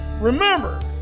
Remember